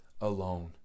alone